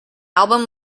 album